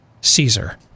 Caesar